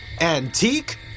Antique